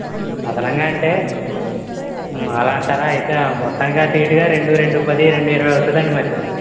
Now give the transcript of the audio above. అదనంగా అంటే అలా అంటారా అయితే మొత్తానికి అటు ఇటుగా రెండు రెండు పది రెండు ఇరవై అవుతుంది మరి